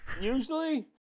Usually